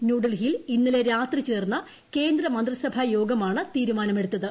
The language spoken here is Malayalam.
ന്യൂഡൽഹിയിൽ ഇന്നലെ രാത്രി ചേർന്ന കേന്ദ്ര മന്ത്രിസഭാ യോഗമാണ് തീരുമാനമെടുത്തത്